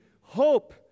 hope